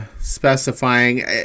specifying